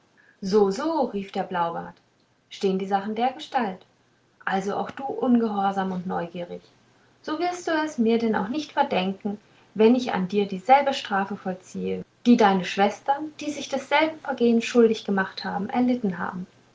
so so rief der blaubart stehn die sachen dergestalt also auch du ungehorsam und neugierig so wirst du es mir denn auch nicht verdenken wenn ich an dir dieselbe strafe vollziehe die deine schwestern die sich desselben vergehens schuldig gemacht erlitten haben